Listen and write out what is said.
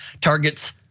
targets